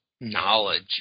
knowledge